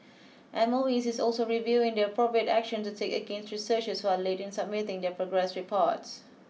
M O E is also reviewing the appropriate action to take against researchers who are late in submitting their progress reports